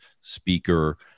speaker